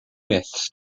myths